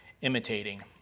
imitating